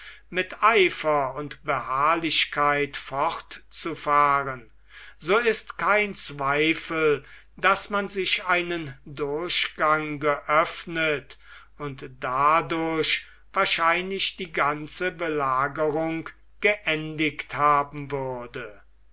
mit eifer und beharrlichkeit fortzufahren so ist kein zweifel daß man sich einen durchgang geöffnet und dadurch wahrscheinlich die ganze belagerung geendigt haben würde